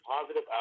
positive